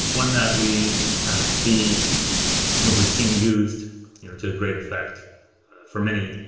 one that we kind of see you know we've seen used to a great effect for many,